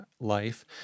life